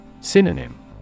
Synonym